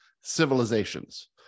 civilizations